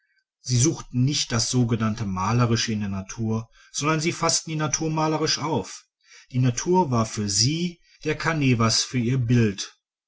sie suchten nicht das sogenannte malerische in der natur sondern sie faßten die natur malerisch auf die natur war für sie der canevas für ihr bild